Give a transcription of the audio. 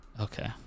Okay